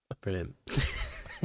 Brilliant